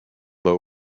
low